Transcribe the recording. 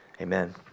amen